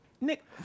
Nick